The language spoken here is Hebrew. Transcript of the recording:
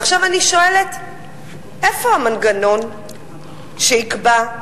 ועכשיו אני שואלת איפה המנגנון שיקבע,